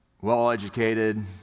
well-educated